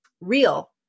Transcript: real